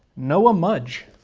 noah mudge,